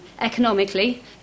economically